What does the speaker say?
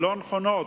לא נכונות,